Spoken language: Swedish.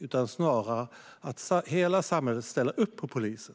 Snarare handlar det om att hela samhället ska ställa upp på polisen.